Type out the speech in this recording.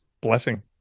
blessing